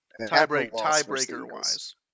Tiebreaker-wise